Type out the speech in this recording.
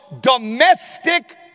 domestic